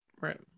Right